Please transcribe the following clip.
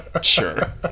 sure